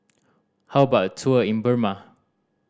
how about a tour in Burma